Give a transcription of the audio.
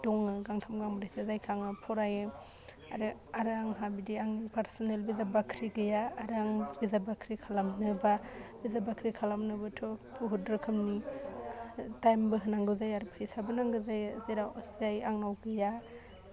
दङ गांथाम गाांब्रैसो जायखो आङो फरायो आरो आरो आंहा बिदि आंनि फार्चनेल बिजाब बाख्रि गैया आरो आं बिजाब बाख्रि खालामनोबा बिजाब बाख्रि खालामनोबोथ' बहुत रोखोमनि टाइमबो होनांगौ जायो आरो फैसाबो नांगौ जायो जेराव जाय आंनाव गैया